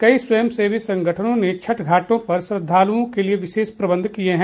कई स्वयं सेवी संगठनों ने छठ घाटों पर श्रद्धालुओं के लिए विशेष प्रबन्ध किये हैं